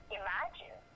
imagine